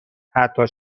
حتی